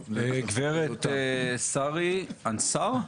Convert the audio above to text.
טוב, גברת שרי אנסאר,